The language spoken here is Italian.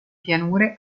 pianure